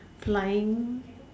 flying